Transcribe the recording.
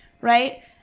right